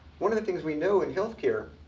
one of the things we know in health care,